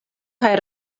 kaj